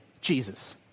Jesus